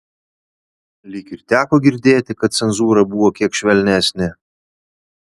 lyg ir teko girdėti kad cenzūra buvo kiek švelnesnė